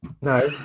No